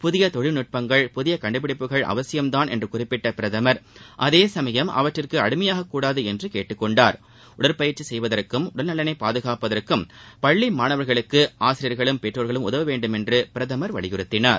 புதிய தொழில்நுட்பங்கள் புதிய கண்டுபிடிப்புகள் அவசியம்தான் என்று குறிப்பிட்ட பிரதமர் அதேசமயம் அவற்றிற்கு அடிமையாகக்கூடாது என்று கேட்டுக்கொண்டார் உடற்பயிற்சி செய்வதற்கும் உடல்நலனை பாதுகாப்பதற்கும் பள்ளி மாணவர்களுக்கு ஆசிரியா்களும் பெற்றோா்களும் உதவ வேண்டுமென்று பிரதமா் வலியுறுத்தினார்